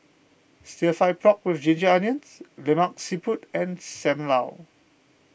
Stir Fry Pork with Ginger Onions Lemak Siput and Sam Lau